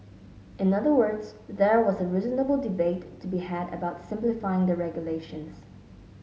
in other words there was a reasonable debate to be had about simplifying the regulations